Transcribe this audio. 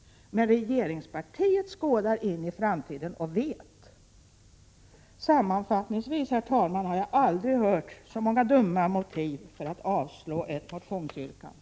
Men regeringspartiet skådar in i framtiden och vet. Sammanfattningsvis, herr talman, har jag aldrig hört så många dumma motiv för att avslå ett motionsyrkande.